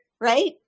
right